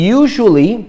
usually